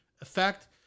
effect